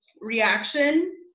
reaction